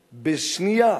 בשנייה,